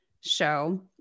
show